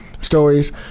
stories